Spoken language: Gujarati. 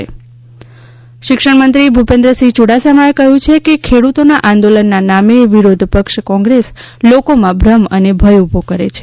ઃ શિક્ષણમંત્રી ભૂપેન્દ્રસિંહ યૂડાસમાએ કહ્યું છે કે ખેડૂતોના આંદોલનના નામે વિરોઘ પક્ષ કોંગ્રેસ લોકોમાં ભમ્ર અને ભય ઉભો કરે છે